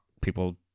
people